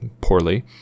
Poorly